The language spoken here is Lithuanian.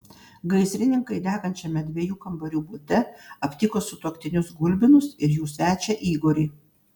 gaisrininkai degančiame dviejų kambarių bute aptiko sutuoktinius gulbinus ir jų svečią igorį